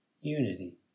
unity